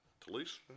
Talise